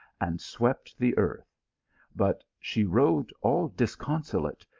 and swept the earth but she rode all discon solate,